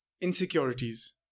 insecurities